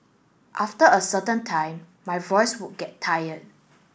after a certain time my voice would get tired